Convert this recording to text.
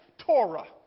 Torah